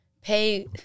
pay